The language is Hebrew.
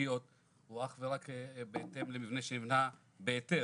הוא אך ורק בהתאם למבנה שנבנה בהיתר.